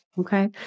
okay